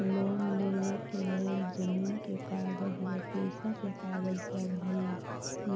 loan लेवेके लेल जमीन के कागज या पेशा के कागज लगहई